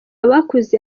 abakuze